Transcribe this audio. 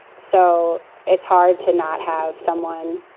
so it's hard to not have someone.